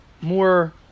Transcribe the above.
more